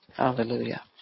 Hallelujah